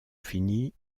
finie